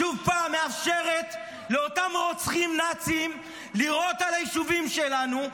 שוב פעם מאפשרת לאותם רוצחים נאצים לירות על היישובים שלנו.